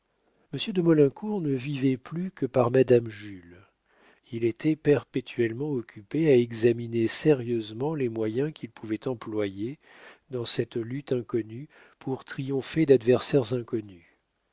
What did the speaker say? monsieur de maulincour ne vivait plus que par madame jules il était perpétuellement occupé à examiner sérieusement les moyens qu'il pouvait employer dans cette lutte inconnue pour triompher d'adversaires inconnus